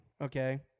Okay